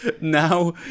Now